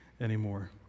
anymore